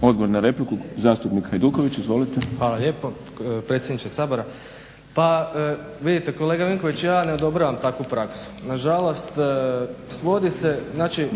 Odgovor na repliku, zastupnik Hajduković. Izvolite. **Hajduković, Domagoj (SDP)** Hvala lijepo predsjedniče Sabora. Pa vidite kolega Vinković, ja ne odobravam takvu praksu. Nažalost svodi se, znači